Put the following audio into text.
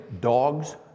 dogs